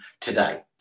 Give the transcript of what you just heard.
today